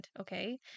okay